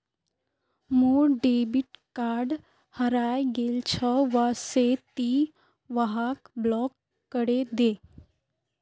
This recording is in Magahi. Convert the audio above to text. मोर डेबिट कार्ड हरइ गेल छ वा से ति वहाक ब्लॉक करे दे